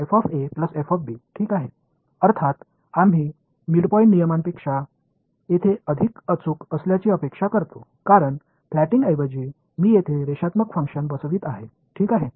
अर्थात आम्ही मिडपॉईंट नियमांपेक्षा हे अधिक अचूक असल्याची अपेक्षा करतो कारण फ्लॅटिंगऐवजी मी येथे रेषात्मक फंक्शन बसवित आहे ठीक आहे